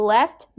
Left